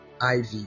Ivy